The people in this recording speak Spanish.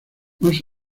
más